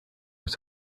were